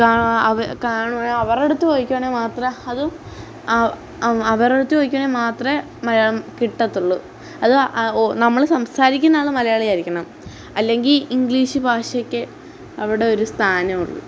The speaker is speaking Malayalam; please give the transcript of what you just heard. കാ അ കാണു അവരുടെ അടുത്ത് ചോദിക്കുകയാണേ മാത്രമേ അതും അ അവ അവരുടെ അടുത്തു ചോദിക്കുകയാണേ മാത്രമേ മലയാളം കിട്ടത്തുള്ളൂ അത് ഓ നമ്മൾ സംസാരിക്കുന്ന ആൾ മലയാളി ആയിരിക്കണം അല്ലെങ്കിൽ ഇംഗ്ലീഷ് ഭാഷയൊക്കെ അവിടെ ഒരു സ്ഥാനമു ള്ളൂ